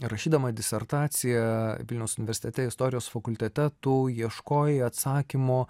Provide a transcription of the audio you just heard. rašydama disertaciją vilniaus universitete istorijos fakultete tu ieškojai atsakymo